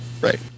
Right